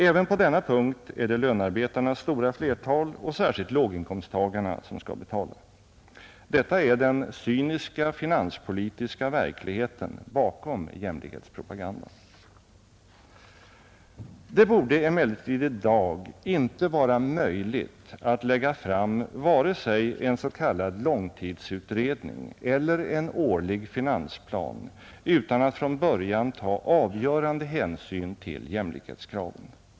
Även på denna punkt är det lönarbetarnas stora flertal och särskilt låginkomsttagarna som skall betala. Detta är den cyniska finanspolitiska verkligheten bakom jämlikhetspropagandan. Det borde emellertid i dag inte vara möjligt att lägga fram vare sig en s.k. långtidsutredning eller en årlig finansplan utan att från början ta avgörande hänsyn till jämlikhetskraven.